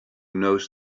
knows